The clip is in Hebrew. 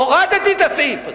הורדתי את הסעיף הזה,